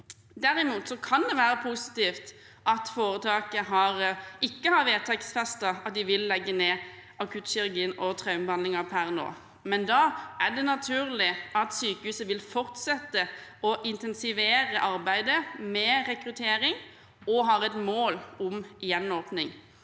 Derimot kan det være positivt at foretaket ikke har vedtaksfestet at de vil legge ned akuttkirurgi og traumebehandling per nå. Da er det naturlig at sykehuset vil fortsette med å intensivere arbeidet med rekruttering og har et mål om gjenåpning.